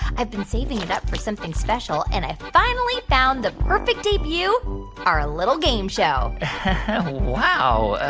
i've been saving it up for something special, and i finally found the perfect debut our ah little game show wow.